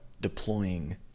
deploying